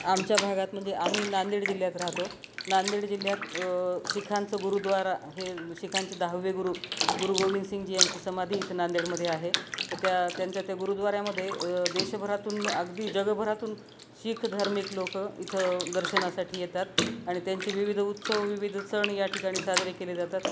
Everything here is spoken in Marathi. आमच्या भागात म्हणजे आम्ही नांदेड जिल्ह्यात राहतो नांदेड जिल्ह्यात शिखांचं गुरुद्वारा हे शिखांचे दहावे गुरु गुरू गोविंदसिंगजी यांची समाधी इथं नांदेडमध्ये आहे त त्या त्यांच्या त्या गुरूद्वाऱ्यामध्ये देशभरातून अगदी जगभरातून शीख धार्मिक लोकं इथं दर्शनासाठी येतात आणि त्यांचे विविध उत्सव विविध सण या ठिकाणी साजरे केले जातात